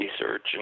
research